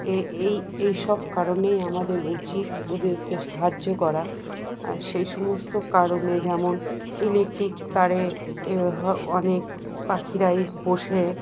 এই এই সব কারণেই আমাদের উচিত ওদেরকে সাহায্য করা আর সেই সমস্ত কারণে যেমন ইলেকট্রিক তারে অনেক পাখিরাই বসে